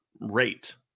rate